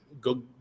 Go